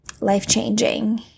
life-changing